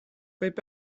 võib